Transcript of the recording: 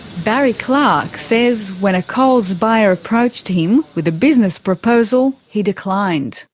barry clarke says when a coles buyer approached him with a business proposal, he declined.